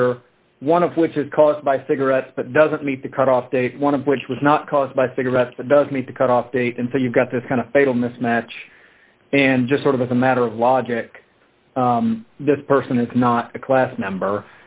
here one of which is caused by cigarettes but doesn't meet the cutoff date one of which was not caused by cigarettes but does meet the cutoff date and so you've got this kind of fatal mismatch and just sort of as a matter of logic this person is not a class member